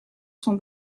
sont